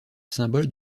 symbole